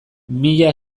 mila